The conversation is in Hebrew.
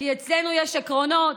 כי אצלנו יש עקרונות,